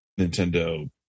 Nintendo